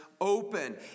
open